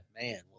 Man